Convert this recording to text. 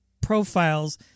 profiles